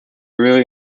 really